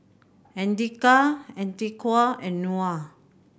Andika Atiqah and Nura